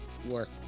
work